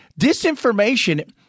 Disinformation